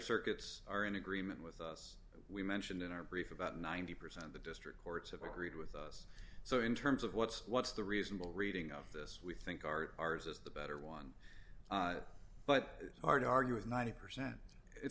circuits are in agreement with us that we mentioned in our brief about ninety percent of the district courts have agreed with us so in terms of what's what's the reasonable reading of this we think our ours is the better one but are to argue with ninety percent it's